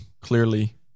clearly